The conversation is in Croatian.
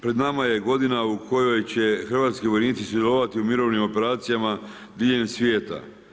Pred nama je godina u kojoj će hrvatski vojnici sudjelovati u mirovnim operacijama diljem svijeta.